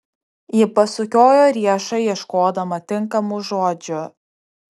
ji pasukiojo riešą ieškodama tinkamų žodžių